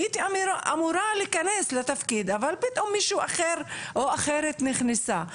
הייתי אמורה להיכנס לתפקיד אבל פתאום מישהו אחר או אחרת נכנסה,